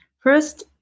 First